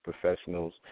professionals